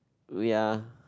we are